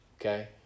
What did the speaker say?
okay